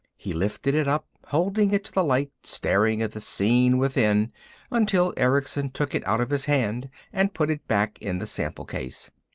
he lifted it up, holding it to the light, staring at the scene within until erickson took it out of his hand and put it back in the sample case.